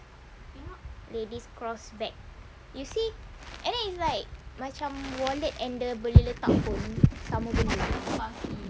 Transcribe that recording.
ladies cross bag you see and then is like macam wallet and the boleh letak phone sama benda